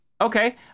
Okay